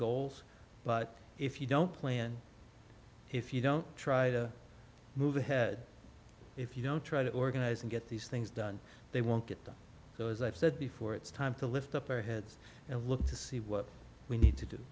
goals but if you don't plan if you don't try to move ahead if you don't try to organize and get these things done they won't get done so as i've said before it's time to lift up our heads and look to see what we need to do